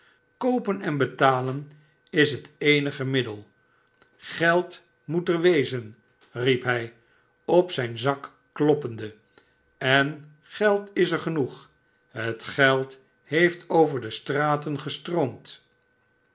koopen en betalen is het eenige middel geld moet er wezen riep hij op zijn zak kloppende en geld is er genoeg het geld heeft over de straten gestroomd